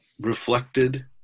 reflected